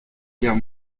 guerre